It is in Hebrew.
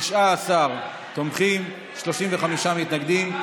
19 תומכים, 35 מתנגדים.